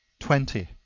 twenty.